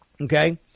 Okay